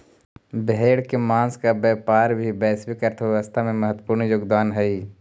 भेड़ के माँस का व्यापार भी वैश्विक अर्थव्यवस्था में महत्त्वपूर्ण योगदान हई